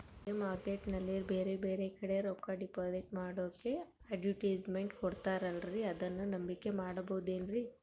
ಹೊರಗೆ ಮಾರ್ಕೇಟ್ ನಲ್ಲಿ ಬೇರೆ ಬೇರೆ ಕಡೆ ರೊಕ್ಕ ಡಿಪಾಸಿಟ್ ಮಾಡೋಕೆ ಅಡುಟ್ಯಸ್ ಮೆಂಟ್ ಕೊಡುತ್ತಾರಲ್ರೇ ಅದನ್ನು ನಂಬಿಕೆ ಮಾಡಬಹುದೇನ್ರಿ?